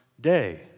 day